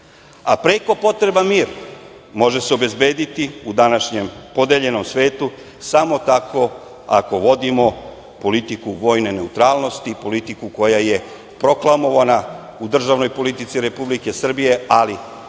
a preko potreban mir može se obezbediti u današnjem podeljenom svetu samo tako ako vodimo politiku vojne neutralnosti i politiku koja proklamovana u državnoj politici Republike Srbije, ali